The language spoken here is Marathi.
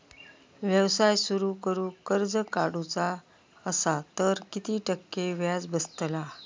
व्यवसाय सुरु करूक कर्ज काढूचा असा तर किती टक्के व्याज बसतला?